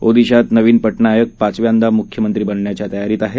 ओदिशात नवीन पटनायक पाचव्यांदा मुख्यमंत्री बनण्याच्या तयारीत आहेत